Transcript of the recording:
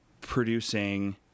producing